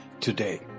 today